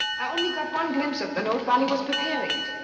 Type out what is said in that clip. i only got one glimpse of the note while he was preparing it.